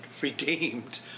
redeemed